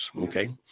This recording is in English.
Okay